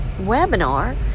webinar